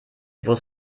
bus